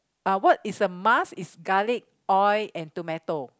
uh what is a must is garlic oil and tomato